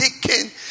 taken